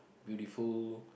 beautiful